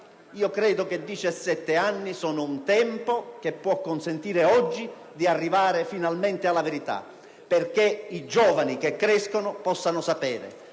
Credo che 17 anni siano un tempo che può consentire oggi di arrivare finalmente alla verità, perché i giovani che crescono possano sapere